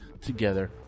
together